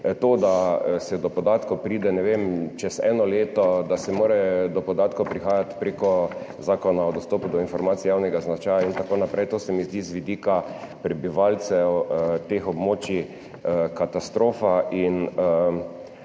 To, da se do podatkov pride, ne vem, čez eno leto, da se mora do podatkov priti prek Zakona o dostopu do informacij javnega značaja in tako naprej, to se mi zdi z vidika prebivalcev teh območij katastrofa in